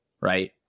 right